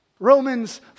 Romans